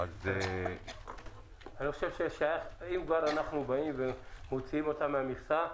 אם כבר מוציאים אותם מהמכסה,